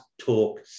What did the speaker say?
talk